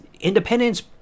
independence